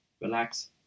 relax